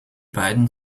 beiden